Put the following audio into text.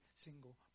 single